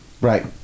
Right